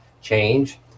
change